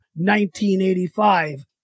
1985